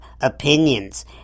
opinions